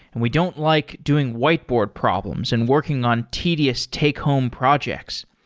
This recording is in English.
and we don't like doing whiteboard problems and working on tedious take home projects.